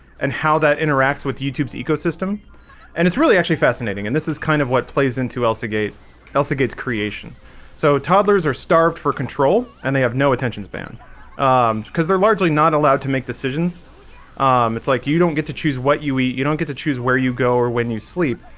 and how that interacts with youtube's ecosystem and it's really actually fascinating, and this is kind of what plays into elsa gate elsa gates creation so toddlers are starved for control, and they have no attention span because they're largely not allowed to make decisions it's like you don't get to choose what you eat. you don't get to choose where you go or when you sleep?